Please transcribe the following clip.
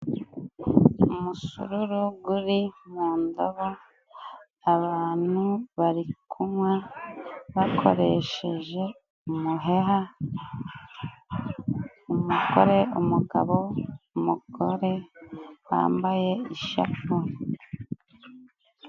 Umusururu guri mu ndobo abantu bari kunywa bakoresheje umuheha, umugore, umugabo, umugore wambaye ishapure.